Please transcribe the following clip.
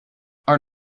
are